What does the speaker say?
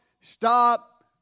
stop